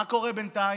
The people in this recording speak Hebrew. מה קורה בינתיים?